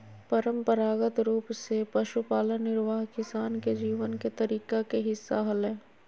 परंपरागत रूप से पशुपालन निर्वाह किसान के जीवन के तरीका के हिस्सा हलय